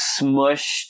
smushed